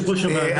אירוע.